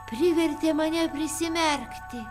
privertė mane prisimerkti